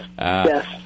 yes